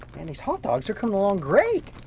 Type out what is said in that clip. and these hot dogs, they're coming along great.